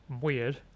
weird